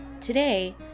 Today